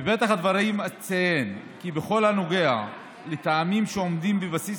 בפתח הדברים אציין כי בכל הנוגע לטעמים שעומדים בבסיס